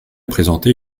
présenter